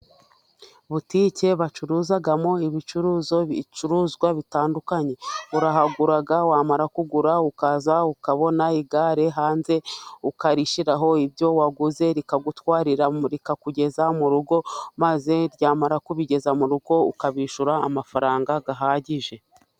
Butike bacuruzagamo ibicuruzo bicuruzwa bitandukanye, urahagera wamara kugura ukaza ukabona igare hanze ukarishiraho ibyo waguze rikagutwarira rikugeza mu rugo, maze ryamara kubigeza mu rugo ukabishyura amafaranga ahagije.